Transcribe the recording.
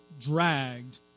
dragged